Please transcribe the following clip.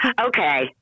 Okay